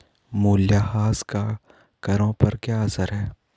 मूल्यह्रास का करों पर क्या असर है?